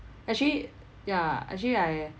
actually ya actually I